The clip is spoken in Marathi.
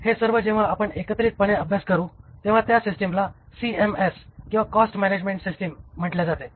हे सर्व जेव्हा आपण एकत्रितपणे अभ्यास करू तेव्हा त्या सिस्टमला सीएमएस किंवा कॉस्ट मॅनॅजमेण्ट सिस्टिम म्हटले जाते